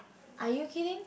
are you kidding